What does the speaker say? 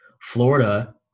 Florida